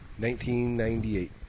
1998